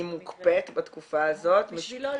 היא מוקפאת בתקופה הזאת -- בשבילו,